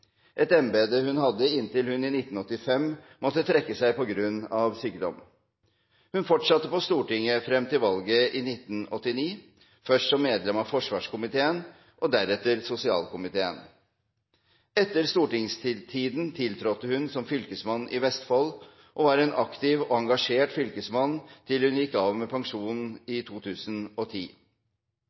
et embete hun hadde inntil hun i 1985 måtte trekke seg på grunn av sykdom. Hun fortsatte på Stortinget frem til valget i 1989 – først som medlem av forsvarskomiteen og deretter sosialkomiteen. Etter stortingstiden tiltrådte hun som fylkesmann i Vestfold og var en aktiv og engasjert fylkesmann til hun gikk av med pensjon i 2010.